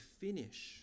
finish